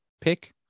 pick